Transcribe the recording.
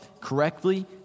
correctly